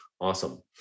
awesome